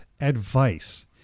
advice